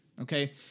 Okay